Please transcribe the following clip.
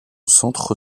centre